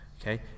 Okay